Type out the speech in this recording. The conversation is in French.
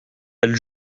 elle